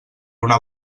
una